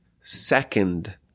second